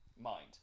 mind